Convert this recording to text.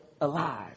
alive